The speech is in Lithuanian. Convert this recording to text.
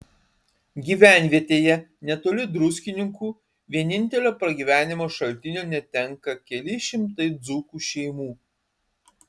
gyvenvietėje netoli druskininkų vienintelio pragyvenimo šaltinio netenka keli šimtai dzūkų šeimų